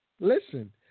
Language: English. Listen